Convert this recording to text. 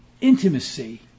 intimacy